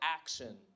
action